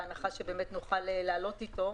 בהנחה שבאמת נוכל לעלות איתו.